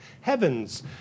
heaven's